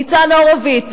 ניצן הורוביץ,